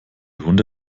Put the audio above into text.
hunde